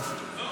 לא.